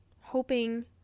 hoping